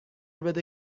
بده